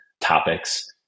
topics